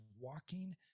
walking